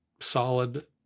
solid